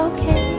Okay